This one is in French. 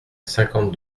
cinquante